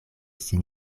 sin